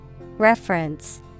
Reference